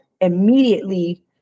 immediately